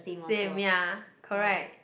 same ya correct